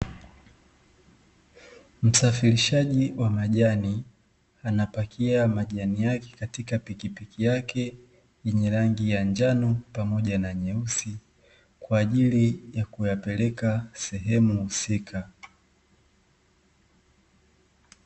Msafirishaji wa majani anapakia majani yake katika pikipiki yake yenye rangi ya njano pamoja na nyeusi, kwa ajili ya kuyapeleka sehemu husika.